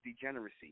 degeneracy